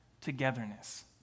togetherness